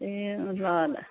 ए ल ल